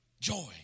Joy